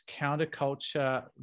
counterculture